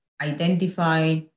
identify